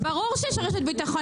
ברור שיש רשת ביטחון,